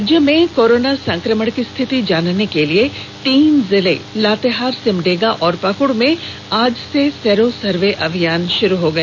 राज्य में कोरोना संक्रमण की स्थिति जानने के लिए तीन जिले लातेहार सिमडेगा और पाकुड़ में आज से सीरो सर्वे अभियान शुरू हो गया